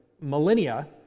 millennia